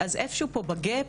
אז איפשהו ב-Gap